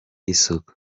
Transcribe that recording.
isuku